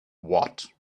what